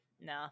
No